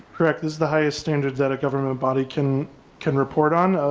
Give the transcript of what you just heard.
correct is the highest standard that a government body can can report on.